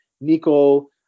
Nico